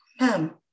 ma'am